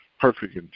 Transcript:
perfect